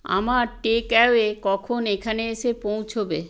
আমার takeaway কখন এখানে এসে পৌঁছোবে